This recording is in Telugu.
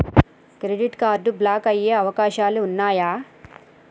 క్రెడిట్ కార్డ్ బ్లాక్ అయ్యే అవకాశాలు ఉన్నయా?